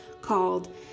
called